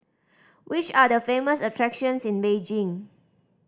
which are the famous attractions in Beijing